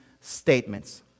statements